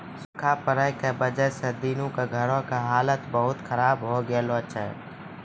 सूखा पड़ै के वजह स दीनू के घरो के हालत बहुत खराब होय गेलो छै